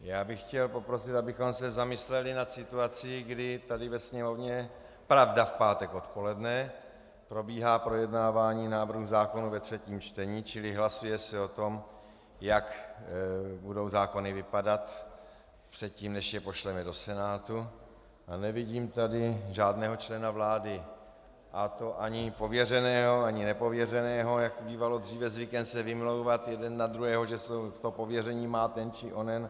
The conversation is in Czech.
Já bych chtěl poprosit, abychom se zamysleli nad situací, kdy tady ve Sněmovně pravda, v pátek odpoledne probíhá projednávání návrhů zákonů ve třetím čtení, čili hlasuje se o tom, jak budou zákony vypadat předtím, než je pošleme do Senátu, a nevidím tady žádného člena vlády, a to ani pověřeného ani nepověřeného, jak bývalo dříve zvykem se vymlouvat jeden na druhého, že pověření má ten či onen.